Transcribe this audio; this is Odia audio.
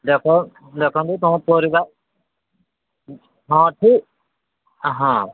ଦେଖ ଦେଖନ୍ତୁ ତୁମ ପରିବା ହଁ ଠିକ ହଁ